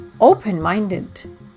open-minded